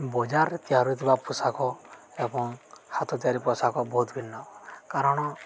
ବଜାରରେ ତିଆରି ଥିବା ପୋଷାକ ଏବଂ ହାତ ତିଆରି ପୋଷାକ ବହୁତ ଭିନ୍ନ କାରଣ